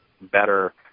better